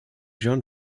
john